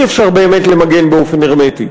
אי-אפשר באמת למגן באופן הרמטי,